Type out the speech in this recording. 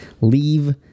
leave